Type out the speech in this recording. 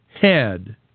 Head